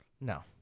No